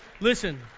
listen